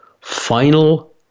final